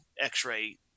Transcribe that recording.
x-ray